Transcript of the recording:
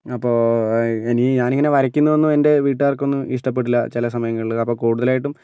അപ്പോൾ ഇനി ഞാനിങ്ങനെ വരയ്ക്കുന്നതൊന്നും എന്റെ വീട്ടുകാര്ക്കൊന്നും ഇഷ്ടപ്പെട്ടില്ല ചില സമയങ്ങളില് അപ്പോൾ കൂടുതലായിട്ടും